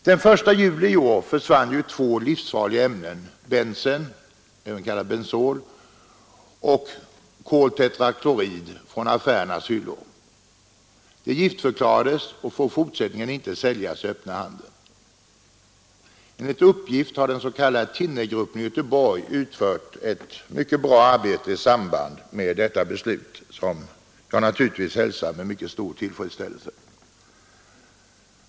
Den första juli i år försvann två livsfarliga ämnen — bensen, även kallat bensol, och koltetraklorid — från affärernas hyllor. De giftförklarades och får i fortsättningen inte säljas i den öppna handeln. Enligt uppgift har den s.k. thinnergruppen i Göteborg utfört ett mycket bra arbete i samband med detta beslut, som jag naturligtvis hälsar med mycket stor tillfredsställelse.